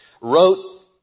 wrote